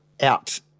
out